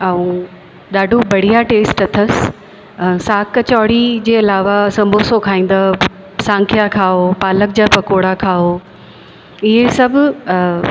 ऐं ॾाढो बढ़िया टेस्ट अथसि साग कचौड़ी जे अलावा संबोसो खाईंदव सांखिया खाओ पालक जा पकौड़ा खाओ इहे सभु